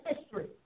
history